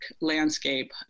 landscape